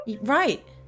Right